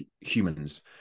humans